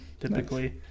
typically